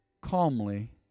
calmly